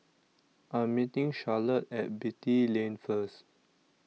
I Am meeting Charlotte At Beatty Lane First